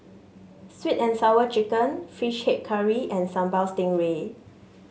sweet and Sour Chicken fish head curry and Sambal Stingray